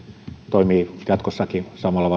toimii jatkossakin